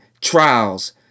trials